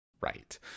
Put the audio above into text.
Right